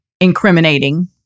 incriminating